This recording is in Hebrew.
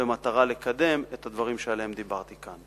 במטרה לקדם את הדברים שעליהם דיברתי כאן.